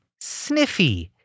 Sniffy